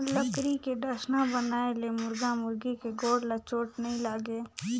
लकरी के डसना बनाए ले मुरगा मुरगी के गोड़ ल चोट नइ लागे